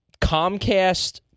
Comcast